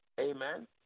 Amen